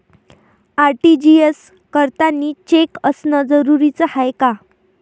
RTGS करतांनी cheque असनं जरुरीच हाय का?